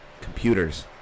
computers